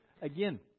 again